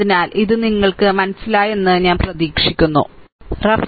അതിനാൽ ഇത് നിങ്ങൾക്ക് മനസ്സിലാകുമെന്ന് ഞാൻ പ്രതീക്ഷിക്കുന്നു അല്ലേ